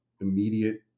immediate